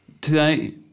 Today